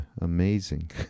amazing